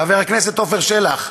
חבר הכנסת עפר שלח.